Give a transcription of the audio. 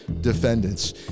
defendants